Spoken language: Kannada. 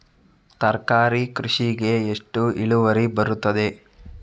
ತರಕಾರಿ ಕೃಷಿಗೆ ಎಷ್ಟು ಇಳುವರಿ ಬರುತ್ತದೆ?